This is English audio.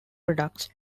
products